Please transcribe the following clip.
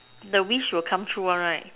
the wish will come true one right